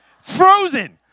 Frozen